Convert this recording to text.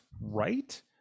right